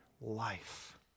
life